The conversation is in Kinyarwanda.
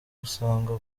usanga